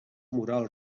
mural